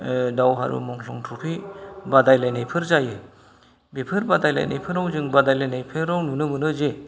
दावहारु मुंख्लं ट्र्फि बादायलायनायफोर जायो बेफोर बादायलायनायफोराव जों बादाय लायनायफोराव नुनो मोनो जे